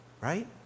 right